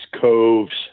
coves